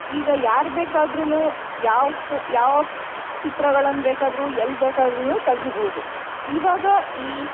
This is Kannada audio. ಈಗ ಯಾರು ಬೇಕಾದರೂನು ಯಾವ ಫೋ ಯಾವ ಚಿತ್ರಗಳನ್ನು ಬೇಕಾದರೂ ಎಲ್ಲಿ ಬೇಕಾದರೂನು ತೆಗಿಬಹುದು ಈವಾಗ ಈ